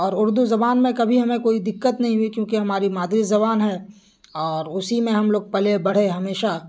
اور اردو زبان میں کبھی ہمیں کوئی دقت نہیں ہوئی کیونکہ ہماری مادری زبان ہے اور اسی میں ہم لوگ پلے بڑھے ہمیشہ